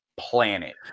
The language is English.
Planet